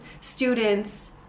students